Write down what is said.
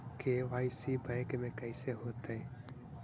KYC bank में कैसे होतै?